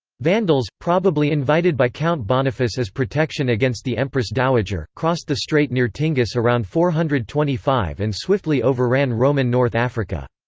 vandals, probably invited by count boniface as protection against the empress dowager, crossed the strait near tingis around four hundred and twenty five and swiftly overran roman north africa.